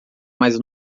mais